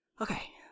Okay